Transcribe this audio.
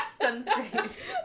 sunscreen